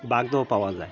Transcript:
বাগদাও পাওয়া যায়